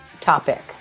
topic